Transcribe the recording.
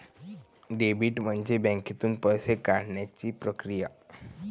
debit म्हणजे बँकेतून पैसे काढण्याची प्रक्रिया